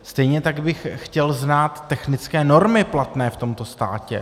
Stejně tak bych chtěl znát technické normy platné v tomto státě.